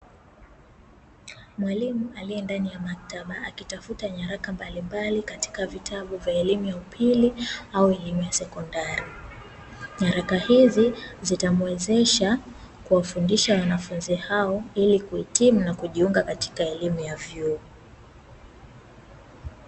Mwalimu aliye ndani ya maktaba akitafuta nyaraka mbalimbali katika vitabu vya elimu ya upili au elimu ya sekondari, nyaraka hizi zitamuwezesha kuwafundisha wanafunzi hao ili kuhitimu na kujiunga katika elimu ya vyuo.